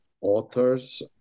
Authors